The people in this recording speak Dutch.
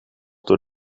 door